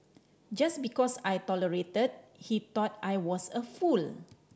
just because I tolerated he thought I was a fool